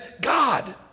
God